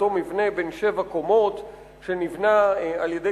אותו מבנה בן שבע קומות שנבנה על-ידי